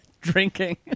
drinking